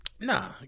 Nah